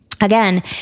again